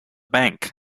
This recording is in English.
bank